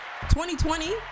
2020